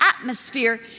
atmosphere